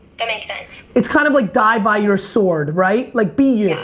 that makes sense. it's kind of like die by your sword, right? like, be yeah